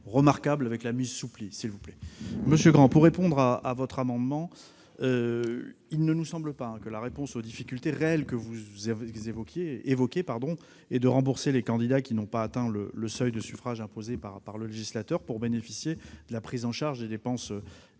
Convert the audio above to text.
remarquable, avec la mise sous pli. Monsieur Grand, il ne nous semble pas que la réponse aux difficultés réelles que vous évoquez soit de rembourser les candidats qui n'ont pas atteint le seuil de suffrages imposé par le législateur pour bénéficier de la prise en charge des dépenses électorales.